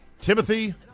Timothy